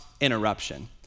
interruption